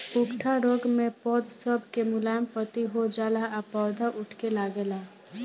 उकठा रोग मे पौध सब के मुलायम पत्ती हो जाला आ पौधा उकठे लागेला